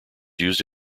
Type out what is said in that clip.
used